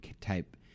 type